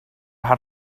how